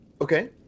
okay